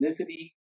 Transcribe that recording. ethnicity